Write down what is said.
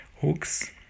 Hooks